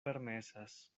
permesas